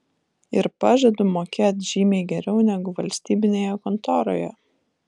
ir pažadu mokėt žymiai geriau negu valstybinėje kontoroje